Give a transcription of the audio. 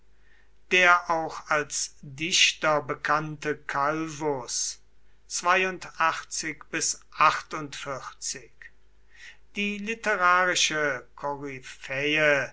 der auch als dichter bekannte calvus die literarische